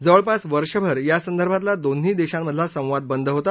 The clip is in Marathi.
जवळपास वर्षभर या संदर्भातला दोन्ही देशांमधला संवाद बद होता